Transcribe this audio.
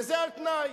וזה על-תנאי,